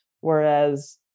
Whereas